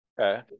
Okay